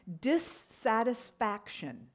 dissatisfaction